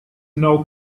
know